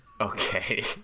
Okay